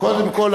קודם כול,